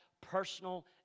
personal